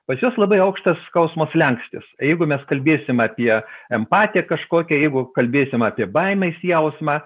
pas juos labai aukštas skausmo slenkstis jeigu mes kalbėsim apie empatiją kažkokią jeigu kalbėsim apie baimės jausmą